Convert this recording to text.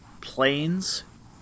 planes